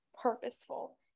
purposeful